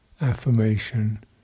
affirmation